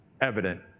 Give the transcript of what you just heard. evident